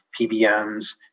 PBMs